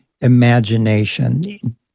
imagination